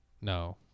No